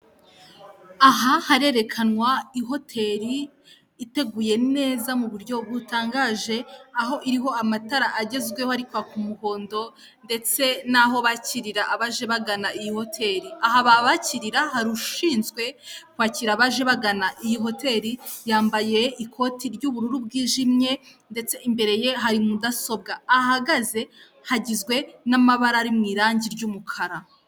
Aha harerekanwa ihoteli iteguye neza mu buryo butangaje, aho iriho amatara agezweho arikokwaka muhondo, ndetse n'aho bakirira abaje bagana iyi hoteli, aha babakirira hari ushinzwe kwakira abaje bagana iyi hotel yambaye ikoti ry'ubururu bwijimye ndetse imbere ye hari mudasobwa, aha ahagaze hagizwe n'amabara ari mu irangi ry'umukara.